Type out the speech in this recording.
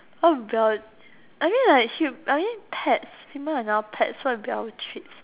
what would our I mean like hum~ I mean pets human are now pets so what would be our treats